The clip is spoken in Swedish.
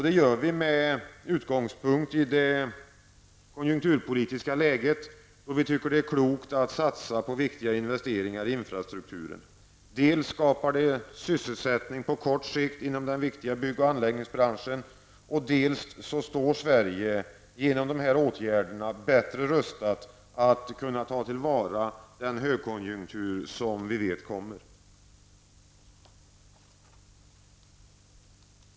Det gör vi med utgångspunkt i det konjunkturpolitiska läget, då vi tycker att det är klokt att satsa på viktiga investeringar i infrastrukturen. Dels skapar det sysselsättning på kort sikt inom den viktiga byggoch anläggningsbranschen, dels står Sverige genom dessa åtgärder bättre rustat att ta till vara den högkonjunktur som vi vet kommer.